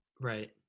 Right